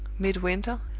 midwinter,